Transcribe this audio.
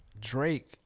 Drake